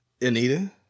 Anita